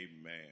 Amen